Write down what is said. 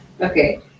okay